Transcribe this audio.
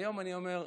והיום אני אומר: